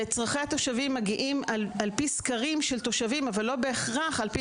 צרכי התושבים מגיעים על פי סקרים אבל זה לא בהכרח המענה הנכון.